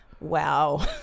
Wow